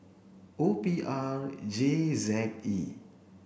O P R J Z E